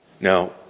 Now